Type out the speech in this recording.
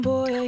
Boy